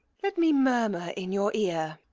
let me murmur in your ear.